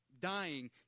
dying